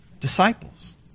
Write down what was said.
Disciples